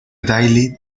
daily